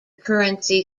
currency